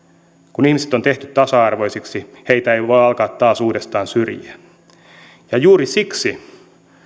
kun ihmiset on tehty tasa arvoisiksi heitä ei voi alkaa taas uudestaan syrjiä juuri siksi